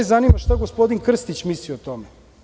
Zanima me šta gospodin Krstić misli o tome.